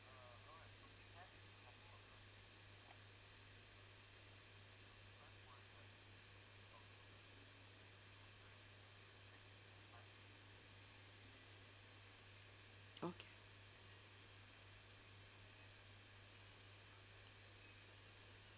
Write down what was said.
okay